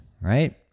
right